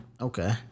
Okay